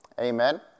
Amen